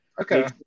Okay